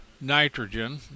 nitrogen